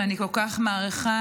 שאני כל כך מעריכה,